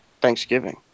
Thanksgiving